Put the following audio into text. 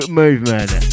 movement